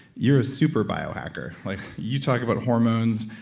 you're a super biohacker like you talk about hormones,